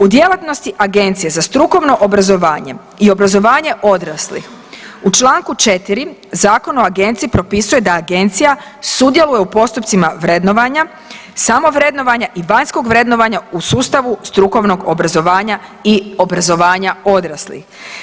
U djelatnosti Agencije za strukovno obrazovanje i obrazovanje odraslih u čl. 4. Zakona o agenciji propisuje da agencija sudjeluje u postupcima vrednovanja, samovrednovanja i vanjskog vrednovanja u sustavu strukovnog obrazovanja i obrazovanja odraslih.